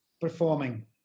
Performing